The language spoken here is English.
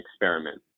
experiment